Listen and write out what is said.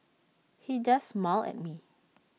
he just smiled at me